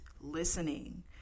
listening